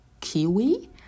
Kiwi